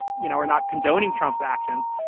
you know, are not condoning trump's actions,